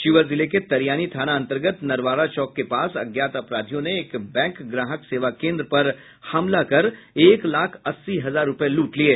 शिवहर जिले के तरियानी थाना अंतर्गत नरवाड़ा चौक के पास अज्ञात अपराधियों ने एक बैंक ग्राहक सेवा केन्द्र पर हमला कर एक लाख अस्सी हजार रूपये लूट लिये